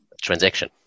transaction